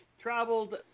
traveled